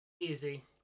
easy